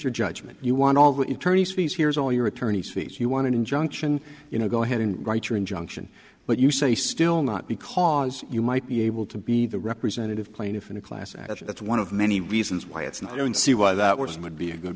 your judgement you want all the attorney's fees here's all your attorney's fees you want an injunction you know go ahead and write your injunction but you say still not because you might be able to be the representative plaintiff in a class action that's one of many reasons why it's not i don't see why that wouldn't be a good